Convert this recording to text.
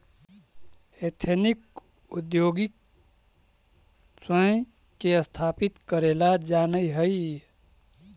ethnic उद्योगी स्वयं के स्थापित करेला जानऽ हई